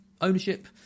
ownership